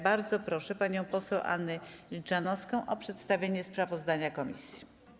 Bardzo proszę panią poseł Annę Milczanowską o przedstawienie sprawozdania komisji.